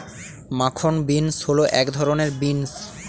মাখন বিন্স হল এক ধরনের বিন্স